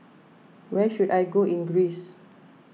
where should I go in Greece